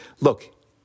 look